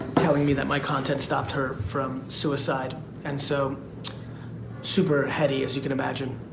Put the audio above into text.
telling me that my content stopped her from suicide and so super heavy as you can imagine.